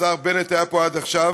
השר בנט היה פה עד עכשיו.